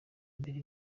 imbere